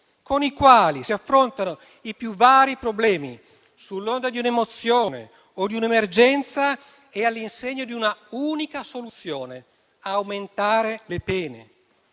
con i quali si affrontano i più vari problemi, sull'onda di un'emozione o di un'emergenza e all'insegna di un'unica soluzione: aumentare le pene.